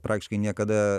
praktiškai niekada